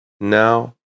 Now